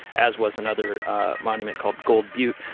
as was another monument called gold butte.